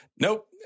Nope